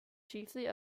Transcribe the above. chiefly